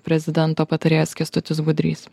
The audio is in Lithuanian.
prezidento patarėjas kęstutis budrys